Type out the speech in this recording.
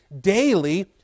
daily